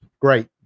great